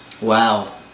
Wow